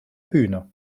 bühne